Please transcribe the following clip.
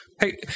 Hey